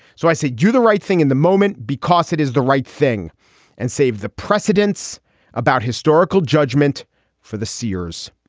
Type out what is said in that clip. so i say do the right thing in the moment because it is the right thing and save the precedents about historical judgment for the seers